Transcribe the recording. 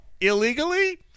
illegally